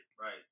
Right